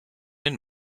den